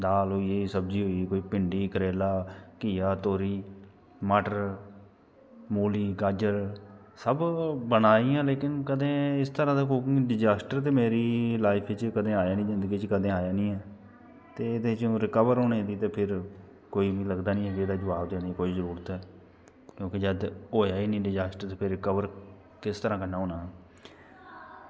दाल होई कोई सब्ज़ी होई कोई भिंडी करेला घिया तोरी मटर मूली गाजर सब बनाइयां पर कदें इस तरह् दे कुकिंग डिज़ास्टर ते मेरी लाईफ च कदें आया निं जिंदगी बिच कदें आया निं ते एह्दे च हून रिकवर होने दे किश कोई लगदा निं ऐ कोई जवाब देने दी जरूरत ऐ ते होऐ निं कोई डिज़ास्टर ते किस तरह् कन्नै होना ऐ